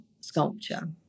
sculpture